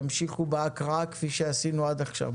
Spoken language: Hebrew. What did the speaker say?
תמשיכו בהקראה כפי שעשינו עד עכשיו.